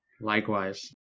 Likewise